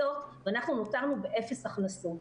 היא קטעה את ההכנסות ונותרנו באפס הכנסות.